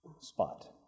spot